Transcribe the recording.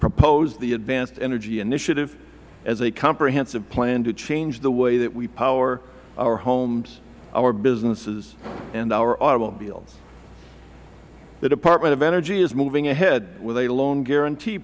proposed the advanced energy initiative as a comprehensive plan to change the way that we power our homes our businesses and our automobiles the department of energy is moving ahead with a loan guarantee